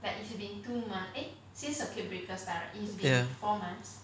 ya